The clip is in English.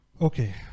okay